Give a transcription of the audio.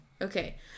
Okay